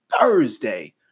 Thursday